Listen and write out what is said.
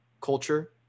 culture